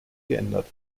geändert